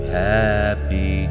happy